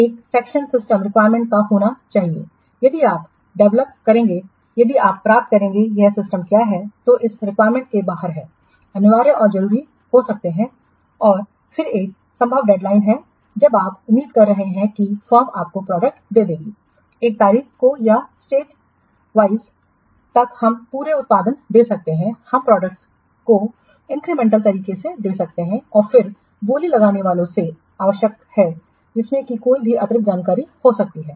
एक section system requirement का होना चाहिए यदि आप डेवलप करेंगे यदि आप प्राप्त करेंगे यह सिस्टम क्या है जो इस रिक्वायरमेंट के बाहर है अनिवार्य और जरूरी हो सकते हैं और फिर क्या संभव डेडलाइन हैं जब आप उम्मीद कर रहे हैं कि फर्म आपको प्रोडक्ट दे देगी एक तारीख को या स्टेज वाइज तक हम पूरे उत्पाद दे सकते हैं हम प्रोडक्ट्स को इंक्रीमेंटल तरीके से दे सकते हैं और फिर बोली लगाने वालों से आवश्यक है जिसमें कोई भी अतिरिक्त जानकारी हो सकती है